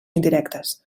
indirectes